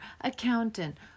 accountant